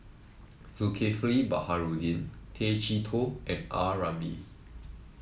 Zulkifli Baharudin Tay Chee Toh and A Ramli